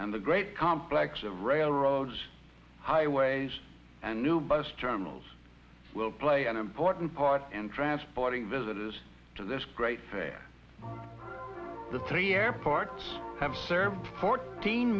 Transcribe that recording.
and the great complex of railroads highways and new bus terminals will play an important part in transporting visitors to this great day the three airports have served fourt